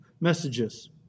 messages